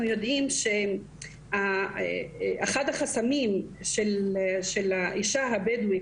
אנחנו יודעים שאחד החסמים של האישה הבדואית